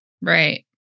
Right